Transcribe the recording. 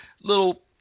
little